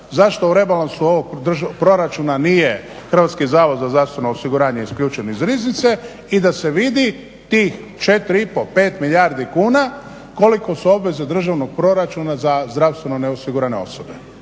zašto u rebalansu ovog proračuna nije HZZO isključen iz riznice i da se vidi tih 4,5, 5 milijardi kuna koliko su obveze državnog proračuna za zdravstveno neosigurane osobe?